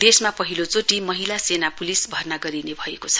देशमा पहिलो चोटि महिला सेना प्लिस भर्ना गरिने भएको छ